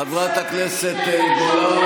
חבר הכנסת יעקב אשר.